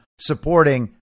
supporting